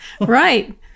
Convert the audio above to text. Right